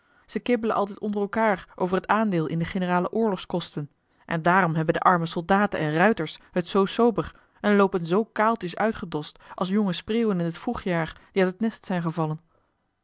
ze kibbelen altijd onder elkaâr over t aandeel in de generale oorlogskosten en daarom hebben de arme soldaten en ruiters het zoo sober en loopen zoo kaaltjes uitgedost als jonge spreeuwen in t vroegjaar die uit het nest zijn gevallen